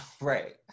Right